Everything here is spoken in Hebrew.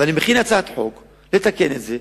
ואני מכין הצעת חוק כדי לתקן את זה,